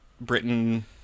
Britain